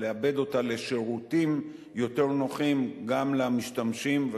ולעבד אותה לשירותים יותר נוחים גם למשתמשים,